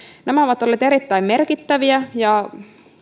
nämä ovat olleet erittäin merkittäviä ja